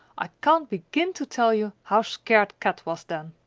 i can't begin to tell you how scared kat was then!